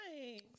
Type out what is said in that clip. Nice